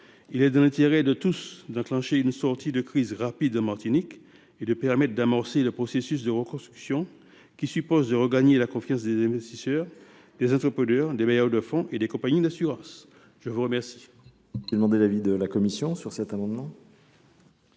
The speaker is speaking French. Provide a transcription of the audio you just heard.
Il est dans l’intérêt de tous d’enclencher une sortie de crise rapide en Martinique et de faire en sorte que s’amorce le processus de reconstruction, lequel suppose de regagner la confiance des investisseurs, des entrepreneurs, des bailleurs de fonds et des compagnies d’assurances. Quel